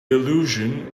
allusion